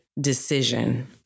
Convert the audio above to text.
decision